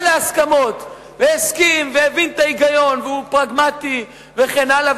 להסכמות והסכים והבין את ההיגיון והוא פרגמטי וכן הלאה,